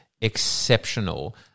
exceptional